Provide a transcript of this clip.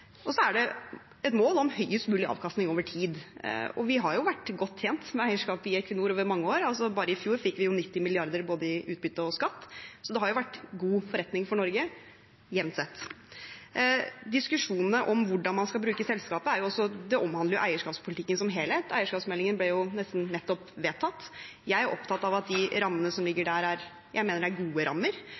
og så er det et mål om høyest mulig avkastning over tid. Vi har vært godt tjent med eierskap i Equinor over mange år. Bare i fjor fikk vi 90 mrd. kr i utbytte og skatt. Det har vært god forretning for Norge, jevnt sett. Diskusjonene om hvordan man skal bruke selskapet, omhandler eierskapspolitikken som helhet. Eierskapsmeldingen ble nettopp vedtatt. Jeg mener de rammene som ligger der, er gode rammer. Jeg mener det er